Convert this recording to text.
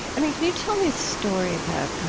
i mean, can you tell me a story about a